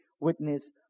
Witness